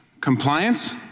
compliance